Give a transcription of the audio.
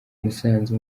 musanze